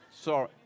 sorry